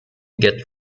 get